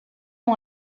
ont